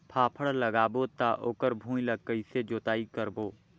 फाफण लगाबो ता ओकर भुईं ला कइसे जोताई करबो?